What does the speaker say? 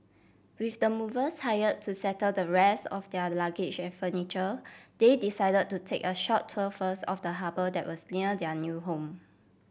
with the movers hire to settle the rest of their luggage and furniture they decide to take a short tour first of the harbour that was near their new home